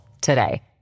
today